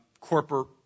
corporate